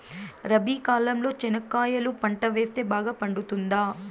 రబి కాలంలో చెనక్కాయలు పంట వేస్తే బాగా పండుతుందా?